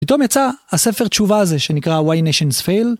פתאום יצא הספר תשובה הזה שנקרא why nations fail.